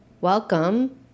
welcome